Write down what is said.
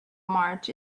march